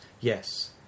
Yes